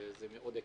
וזה מאוד עיכב.